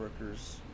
workers